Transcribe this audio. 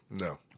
No